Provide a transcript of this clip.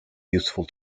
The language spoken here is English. useful